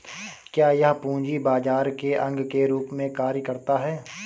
क्या यह पूंजी बाजार के अंग के रूप में कार्य करता है?